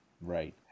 Right